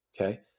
Okay